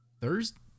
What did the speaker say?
Thursday